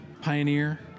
pioneer